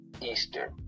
Easter